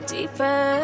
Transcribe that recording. Deeper